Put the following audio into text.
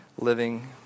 living